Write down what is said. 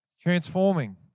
Transforming